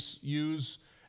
use